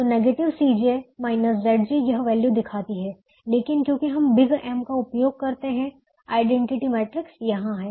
तो नेगेटिव यह वैल्यू दिखाती है लेकिन क्योंकि हम बिग M का उपयोग करते हैं आईडेंटिटी मैट्रिक्स यहां है